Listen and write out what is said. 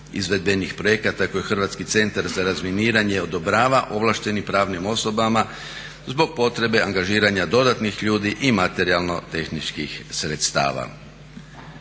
izvedbenih projekata koje Hrvatski centar za razminiranje odobrava ovlaštenim pravnim osobama zbog potrebe angažiranja dodatnih ljudi i materijalno-tehničkih sredstava.